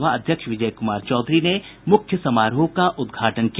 विधानसभा अध्यक्ष विजय कुमार चौधरी ने मुख्य समारोह का उद्घाटन किया